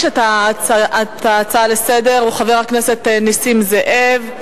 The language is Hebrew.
את ההצעה לסדר-היום הוא חבר הכנסת נסים זאב.